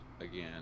again